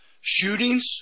Shootings